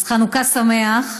אז חנוכה שמח.